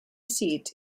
seat